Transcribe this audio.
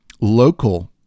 local